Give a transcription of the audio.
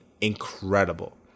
incredible